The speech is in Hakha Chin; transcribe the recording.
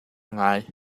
ngai